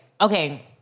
okay